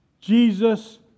Jesus